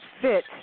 fit